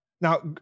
Now